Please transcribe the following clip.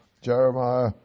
Jeremiah